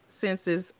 Sense's